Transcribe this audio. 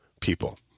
people